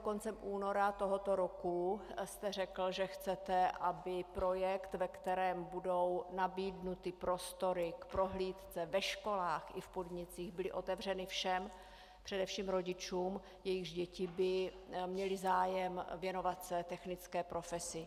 Koncem února tohoto roku jste řekl, že chcete, aby projekt, ve kterém budou nabídnuty prostory k prohlídce ve školách i v podnicích, byly otevřeny všem, především rodičům, jejichž děti by měly zájem věnovat se technické profesi.